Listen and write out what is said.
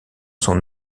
son